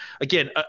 again